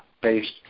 based